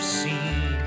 seen